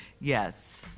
Yes